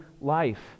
life